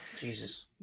Jesus